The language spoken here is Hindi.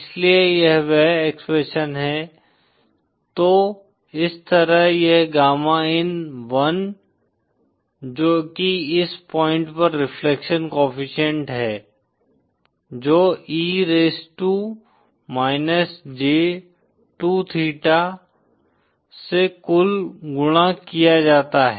इसलिए यह वह एक्सप्रेशन है तो इस तरह यह गामा इन1 जो कि इस पॉइंट पर रिफ्लेक्शन कोएफ़िशिएंट है जो e raised to j2 theta e raised to -j2 theta से कुल गुणा किया जाता है